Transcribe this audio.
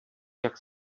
jak